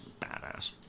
badass